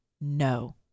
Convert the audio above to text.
No